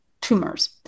tumors